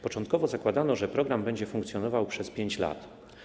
Początkowo zakładano, że program będzie funkcjonował przez 5 lat.